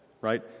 right